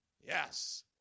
Yes